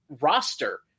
roster